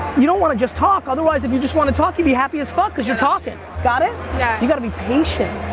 you don't wanna just talk. otherwise, if you just wanna talk, you'd be happy as fuck, cause you're talking. got it? yeah. you gotta be patient.